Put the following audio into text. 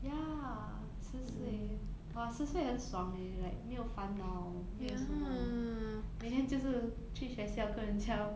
ya 十岁 !wah! 十岁很爽 leh like 没有烦恼没有什么每天就是去学校跟人家